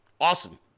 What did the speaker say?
awesome